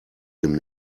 dem